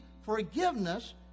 forgiveness